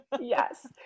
Yes